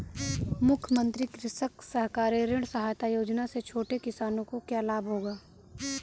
मुख्यमंत्री कृषक सहकारी ऋण सहायता योजना से छोटे किसानों को क्या लाभ होगा?